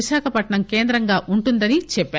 విశాఖపట్ప ం కేంద్రంగా ఉంటుందని చెప్పారు